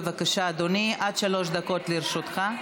בבקשה, אדוני, עד שלוש דקות לרשותך.